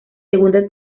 segunda